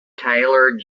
taylor